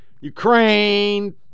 Ukraine